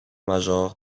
major